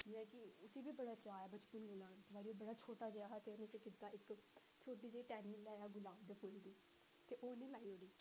जियां कि उसी बी बड़ा चाऽ ऐ बचपन कोला इक बारी ओह् बड़ा छोटा जेहा हा ते उ'नें केह् कीता इक छोटी जेही टैह्नी लेई आया गुलाब दे फुल्ल दी ते ओह् उन्नै लाई ओड़ी